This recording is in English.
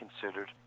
considered